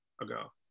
ago